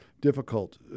difficult